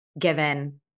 given